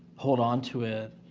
hold on to it,